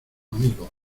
amigo